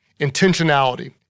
intentionality